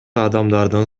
адамдардын